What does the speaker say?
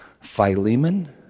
Philemon